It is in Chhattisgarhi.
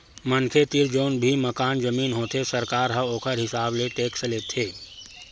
मनखे तीर जउन भी मकान, जमीन होथे सरकार ह ओखर हिसाब ले टेक्स लेथे